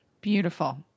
Beautiful